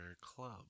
Club